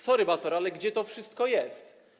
Sorry Batory, ale gdzie to wszystko jest?